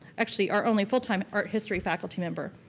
actually our only full-time art history faculty member.